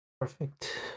Perfect